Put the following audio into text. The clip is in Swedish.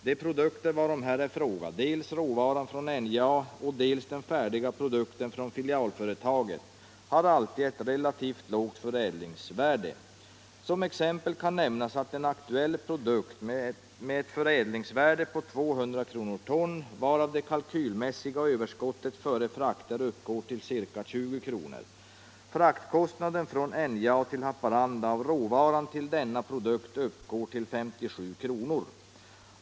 De produkter varom här är fråga — dels råvaran från NJA och dels den färdiga produkten från filialföretaget har alltid ett relativt lågt förädlingsvärde. Som exempel kan nämnas en aktuell produkt med ett förädlingsvärde på 200 kr./ton varav det kalkylmässiga överskottet före frakter uppgår till ca 20 kr. Fraktkostnaden från NJA till Haparanda av råvaran till denna produkt uppgår till 57 kr.